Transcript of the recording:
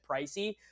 pricey